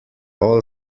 all